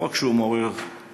לא רק שהוא מעורר התנגדויות,